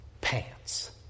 pants